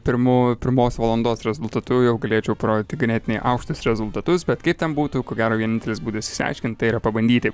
pirmų pirmos valandos rezultatu jau galėčiau parodyti ganėtinai aukštus rezultatus bet kaip ten būtų ko gero vienintelis būdas išsiaiškint tai yra pabandyti